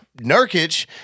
Nurkic